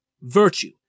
Virtue